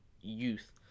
youth